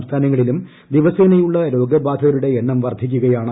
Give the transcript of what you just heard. സംസ്ഥാനങ്ങളിലും ദിവസേനയുള്ള രോഗബാധിതരുടെ എണ്ണം വർദ്ധിക്കുകയാണ്